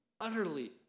utterly